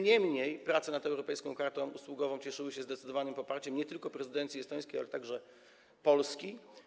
Niemniej jednak prace nad europejską kartą usługową cieszyły się zdecydowanym poparciem nie tylko prezydencji estońskiej, ale także Polski.